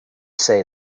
say